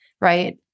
Right